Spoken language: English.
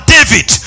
David